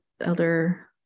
Elder